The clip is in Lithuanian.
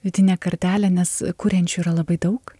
vidinę kartelę nes kuriančių yra labai daug